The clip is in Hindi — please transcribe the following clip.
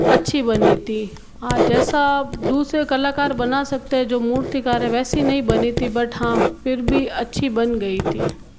अच्छी बनी थी जैसा दूसरे कलाकार बना सकते हैं जो मूर्तिकार हैं वैसी नहीं थी बट हाँ फिर भी अच्छी बन गयी थी